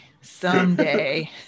Someday